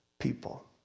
people